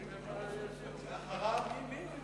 ואחריו?